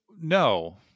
No